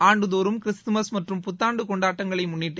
ஆண்டுதோறும் கிறிஸ்துமஸ் மற்றும் புத்தாண்டு கொண்டாட்டங்களை முன்னிட்டு